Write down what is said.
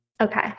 okay